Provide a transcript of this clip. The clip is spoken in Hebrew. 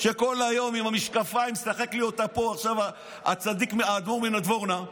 שכל היום עם המשקפיים משחק לי אותה פה עכשיו האדמו"ר מנדבורנא,